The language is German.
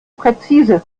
präzise